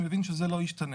אני מבין שזה לא ישתנה.